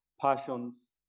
passions